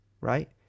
Right